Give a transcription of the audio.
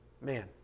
man